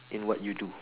in what you do